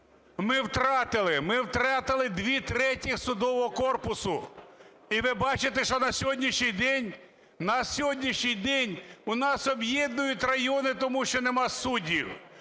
Ми втратили дві третини судового корпусу. І ви бачите, що на сьогоднішній день у нас об’єднують райони, тому що нема суддів.